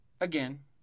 again